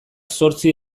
zortzi